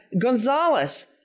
Gonzalez